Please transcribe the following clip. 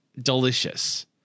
delicious